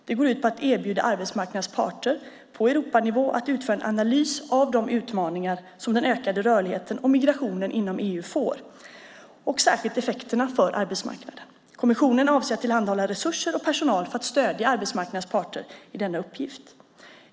Det går ut på att erbjuda arbetsmarknadens parter på europanivå att utföra en analys av de utmaningar som den ökade rörligheten och migrationen inom EU innebär och särskilt effekterna för arbetsmarknaden. Kommissionen avser att tillhandahålla resurser och personal för att stödja arbetsmarknadens parter i denna uppgift.